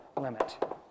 limit